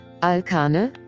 alkane